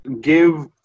give